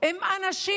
עם אנשים